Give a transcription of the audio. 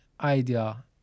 idea